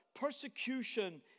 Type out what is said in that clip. persecution